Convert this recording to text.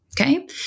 Okay